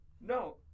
no